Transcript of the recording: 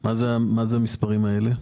מה הם המספרים הללו?